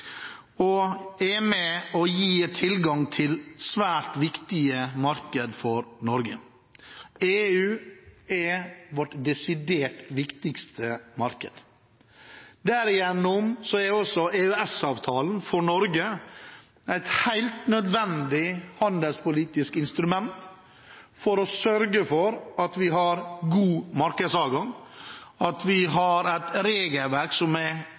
og er med og gir tilgang til svært viktige markeder for Norge. EU er vårt desidert viktigste marked. Derfor er også EØS-avtalen for Norge et helt nødvendig handelspolitisk instrument for å sørge for at vi har god markedsadgang, at vi har et regelverk som er